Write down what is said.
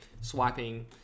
swiping